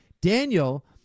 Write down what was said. daniel